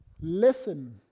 listen